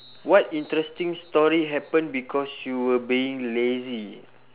what interesting story happened because you were being lazy